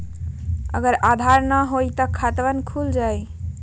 अगर आधार न होई त खातवन खुल जाई?